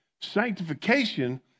Sanctification